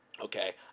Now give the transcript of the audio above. okay